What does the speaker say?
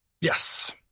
Yes